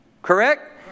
correct